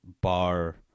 bar